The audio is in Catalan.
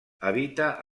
habita